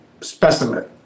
specimen